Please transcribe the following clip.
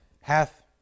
hath